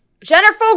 Jennifer